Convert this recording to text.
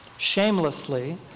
shamelessly